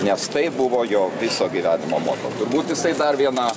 nes tai buvo jo viso gyvenimo moto turbūt jisai dar vieną